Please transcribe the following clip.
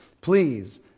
Please